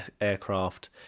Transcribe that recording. aircraft